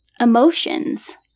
emotions